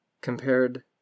Compared